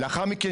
לאחר מכן,